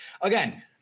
again